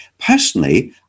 Personally